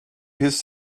his